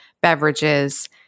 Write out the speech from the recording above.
beverages